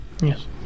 Yes